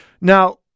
Now